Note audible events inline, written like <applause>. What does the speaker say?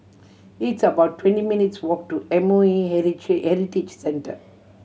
it's about twenty minutes' walk to M O E <unintelligible> Heritage Center